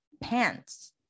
pants